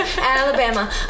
Alabama